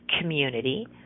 community